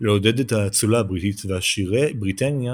לעודד את האצולה הבריטית ועשירי בריטניה